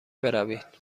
بروید